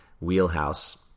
wheelhouse